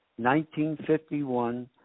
1951